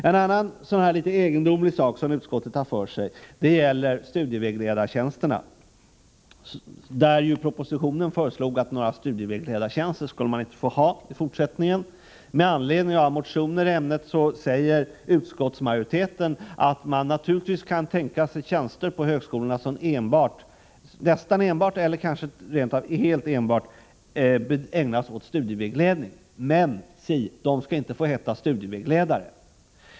En annan litet egendomlig sak som utskottet har fått för sig gäller studievägledartjänsterna. Propositionens förslag var att några studievägledartjänster skulle man inte få ha i fortsättningen. Med anledning av motioner i ämnet säger utskottsmajoriteten att man naturligtvis kan tänka sig tjänster på högskolorna som så gott som helt ägnas åt studievägledning. Men se, det skall inte få heta studievägledare.